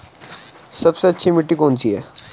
सबसे अच्छी मिट्टी कौन सी है?